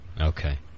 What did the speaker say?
Okay